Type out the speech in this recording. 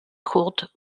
kurt